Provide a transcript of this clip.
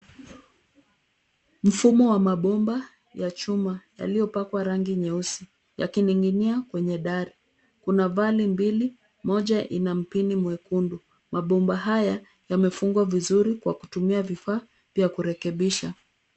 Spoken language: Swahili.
Mfumo wa mabomba ya chuma yaliyopakwa rangi nyeusi yakininginia kwenye dari kuna vale mbili, moja ina mpini mwekundu. Mabomba haya yamefungwa vizuri kwa kutumia vifaa vya kurekebisha.